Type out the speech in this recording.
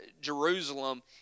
Jerusalem